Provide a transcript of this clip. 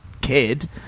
kid